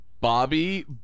Bobby